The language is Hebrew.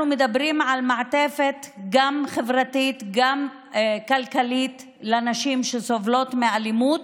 אנחנו מדברים על מעטפת חברתית וגם כלכלית לנשים שסובלות מאלימות,